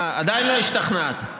עדיין לא השתכנעת.